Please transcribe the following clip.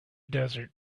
desert